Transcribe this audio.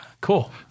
Cool